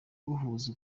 uhuza